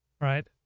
right